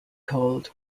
cold